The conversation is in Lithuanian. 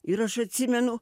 ir aš atsimenu